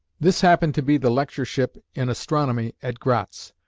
this happened to be the lectureship in astronomy at gratz,